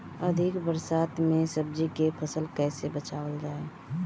अधिक बरसात में सब्जी के फसल कैसे बचावल जाय?